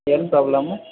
ಏನು ಪ್ರಾಬ್ಲಮು